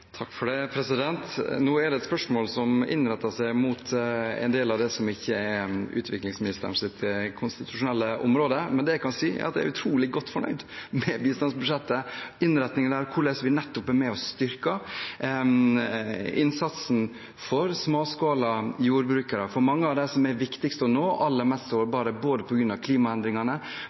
Nå er dette et spørsmål som retter seg inn mot en del av det som ikke er utviklingsministerens konstitusjonelle område. Men det jeg kan si, er at jeg er utrolig godt fornøyd med bistandsbudsjettet og innretningen der, hvordan vi nettopp er med og styrker innsatsen for småskala jordbrukere, for mange av dem som er viktigst å nå, og aller mest sårbare, både på grunn av klimaendringene